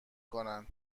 کنن